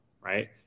right